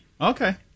Okay